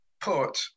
put